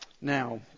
Now